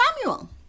Samuel